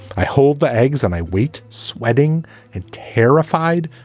i hold the eggs on a wheat, sweating and terrified,